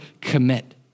commit